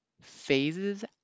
phases